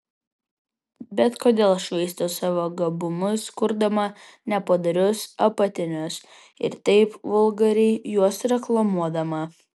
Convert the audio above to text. bet kodėl švaisto savo gabumus kurdama nepadorius apatinius ir taip vulgariai juos reklamuodama